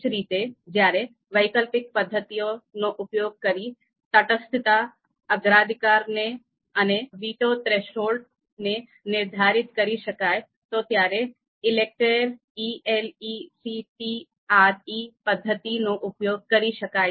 એ જ રીતે જયારે વૈકલ્પિક પદ્ધતિઓનો ઉપયોગ કરી તટસ્થતા અગ્રાધિકારને અને વેટો થ્રેશોલ્ડને નિર્ધારિત કરી શકાય તો ત્યારે ELECTRE પદ્ધતિનો ઉપયોગ કરી શકાય છે